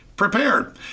prepared